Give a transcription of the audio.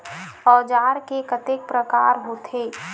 औजार के कतेक प्रकार होथे?